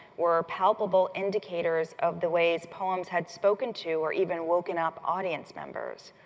were palpable indicators of the ways poems had spoken to or even woken up audience members.